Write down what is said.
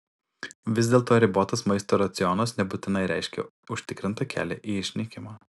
vis dėlto ribotas maisto racionas nebūtinai reiškia užtikrintą kelią į išnykimą